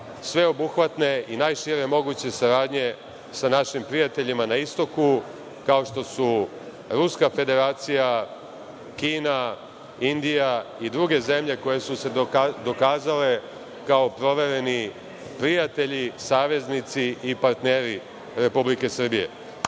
sveobuhvatne i najšire moguće saradnje sa našim prijateljima na istoku, kao što su Ruska Federacija, Kina, Indija i druge zemlje koje su se dokazale kao provereni prijatelji, saveznici i partneri Republike Srbije. Ubeđen